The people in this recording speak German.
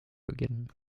beginnen